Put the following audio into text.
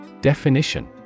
Definition